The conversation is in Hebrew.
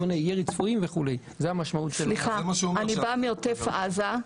אני באה מעוטף עזה.